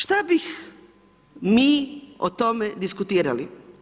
Šta bi mi o tome diskutirali?